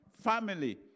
family